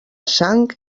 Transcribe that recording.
sang